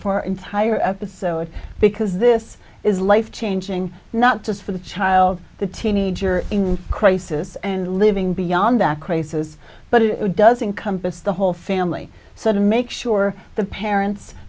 our entire episode because this is life changing not just for the child the teenager in crisis and living beyond that crazes but it doesn't compass the whole family so to make sure the parents